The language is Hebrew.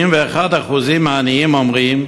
61% מהעניים אומרים